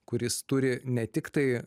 kuris turi ne tiktai